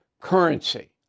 currency